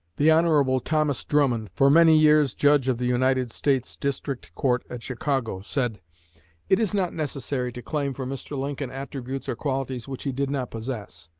the hon. thomas drummond, for many years judge of the united states district court at chicago, said it is not necessary to claim for mr. lincoln attributes or qualities which he did not possess.